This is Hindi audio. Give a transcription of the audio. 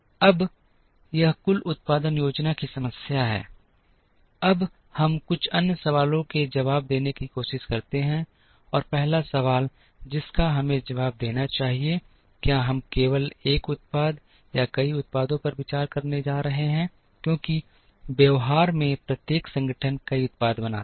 अब यह कुल उत्पादन योजना की समस्या है अब हम कुछ अन्य सवालों के जवाब देने की कोशिश करते हैं और पहला सवाल जिसका हमें जवाब देना चाहिए क्या हम केवल एक उत्पाद या कई उत्पादों पर विचार करने जा रहे हैं क्योंकि व्यवहार में प्रत्येक संगठन कई उत्पाद बनाता है